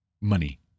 money